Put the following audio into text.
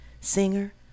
singer